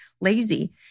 lazy